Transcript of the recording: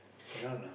cannot lah